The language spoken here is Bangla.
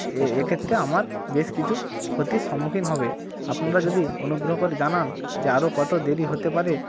এ এ ক্ষেত্রে আমার বেশ কিছু ক্ষতির সম্মুখীন হবে আপনারা যদি অনুগ্রহ করে জানান যে আরো কত দেরি হতে পারে